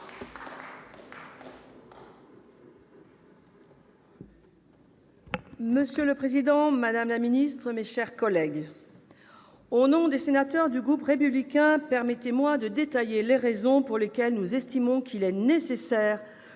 Monsieur le président, madame la ministre, mes chers collègues, au nom des sénateurs du groupe Les Républicains, permettez-moi de détailler les raisons pour lesquelles nous estimons qu'il est nécessaire